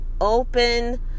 open